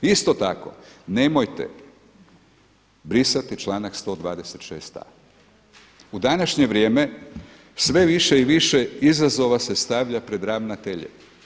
Isto tako, nemojte brisati članak 126a. U današnje vrijeme sve više i više izazova se stavlja pred ravnatelje.